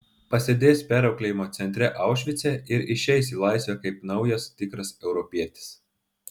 pasėdės perauklėjimo centre aušvice ir išeis į laisvę kaip naujas tikras europietis